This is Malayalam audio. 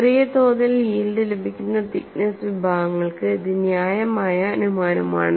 ചെറിയ തോതിൽ യീൽഡ് ലഭിക്കുന്ന തിക്നെസ്സ് വിഭാഗങ്ങൾക്ക് ഇത് ന്യായമായ അനുമാനമാണ്